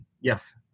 yes